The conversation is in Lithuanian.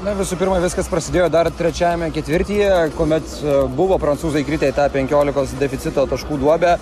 na visų pirma viskas prasidėjo dar trečiajame ketvirtyje kuomet buvo prancūzai kritę į tą penkiolikos deficito taškų duobę